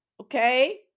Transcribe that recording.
okay